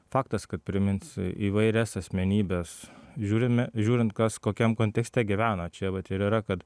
faktas kad primins įvairias asmenybes žiūrime žiūrint kas kokiam kontekste gyvena čia vat ir yra kad